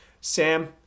Sam